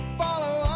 follow